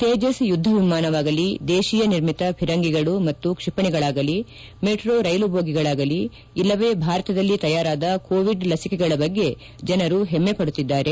ತೇಜಸ್ ಯುದ್ದ ವಿಮಾನವಾಗಲಿ ದೇಶಿಯ ನಿರ್ಮಿತ ಧಿರಂಗಿಗಳು ಮತ್ತು ಕ್ಷಿಪಣಿಗಳಾಗಲಿ ಮೆಟ್ರೋ ರೈಲು ಬೋಗಿಗಳಾಗಲಿ ಇಲ್ಲವೇ ಭಾರತದಲ್ಲಿ ತಯಾರಾದ ಕೋವಿಡ್ ಲಸಿಕೆಗಳ ಬಗ್ಗೆ ಜನರು ಹೆಮ್ಮೆ ಪಡುತ್ತಿದ್ದಾರೆ